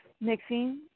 mixing